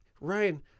Ryan